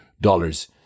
dollars